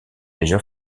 déjà